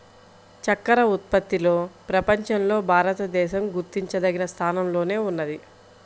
చక్కర ఉత్పత్తిలో ప్రపంచంలో భారతదేశం గుర్తించదగిన స్థానంలోనే ఉన్నది